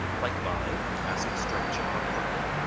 like mine? asked striped chipmunk quickly.